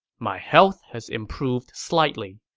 my health has improved slightly.